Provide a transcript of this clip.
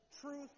truth